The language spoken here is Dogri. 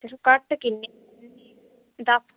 घट्ट कि'न्ने दस